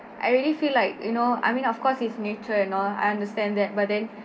I already feel like you know I mean of course it's nature